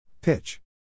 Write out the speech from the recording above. Pitch